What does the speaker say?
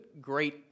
great